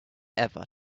ever